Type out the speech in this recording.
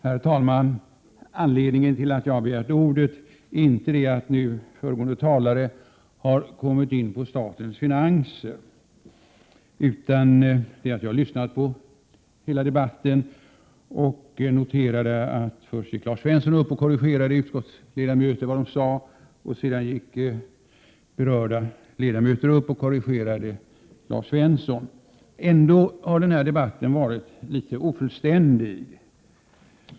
Herr talman! Anledningen till att jag har begärt ordet är inte att föregående talare har kommit in på statens finanser. Jag har lyssnat på hela debatten och noterat att först gick Lars Svensson upp och korrigerade vad andra utskottsledamöter sade, och sedan gick berörda ledamöter upp och korrigerade Lars Svensson. Ändå har den här debatten varit litet ofullständig.